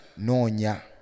Nonya